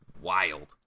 wild